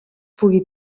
pugui